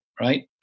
right